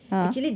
!huh!